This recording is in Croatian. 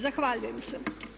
Zahvaljujem se.